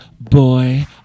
Boy